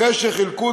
אחרי שחילקו